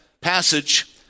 passage